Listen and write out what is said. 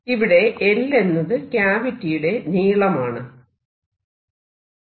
ഇവിടെ L എന്നത് ക്യാവിറ്റിയുടെ നീളം ആണ്